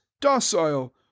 docile